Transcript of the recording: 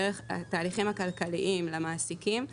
דרך התהליכים הכלכליים למעסיקים,